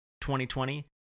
2020